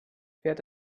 fährt